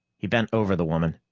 he bent over the woman,